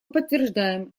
подтверждаем